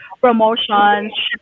promotions